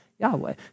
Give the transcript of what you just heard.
Yahweh